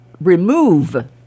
remove